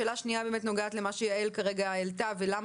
שאלה שנייה נוגעת למה שיעל העלתה כרגע: למה